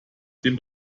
dem